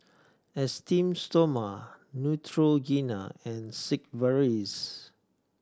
Esteem Stoma Neutrogena and Sigvaris